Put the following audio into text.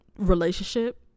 Relationship